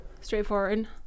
straightforward